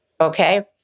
okay